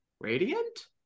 Radiant